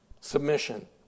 Submission